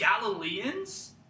Galileans